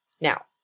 Now